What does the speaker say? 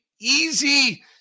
easy